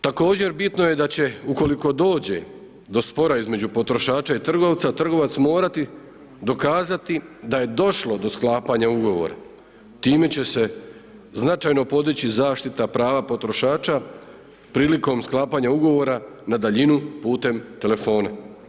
Također bitno je da će ukoliko dođe do spora između potrošača i trgovaca trgovac morati dokazati da je došlo do sklapanja Ugovora, time će se značajno podići zaštita prava potrošača prilikom sklapanja Ugovora na daljinu putem telefona.